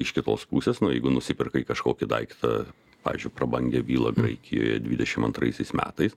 iš kitos pusės jeigu nusipirkai kažkokį daiktą pavyzdžiui prabangią vilą graikijoje dvidešimt antraisiais metais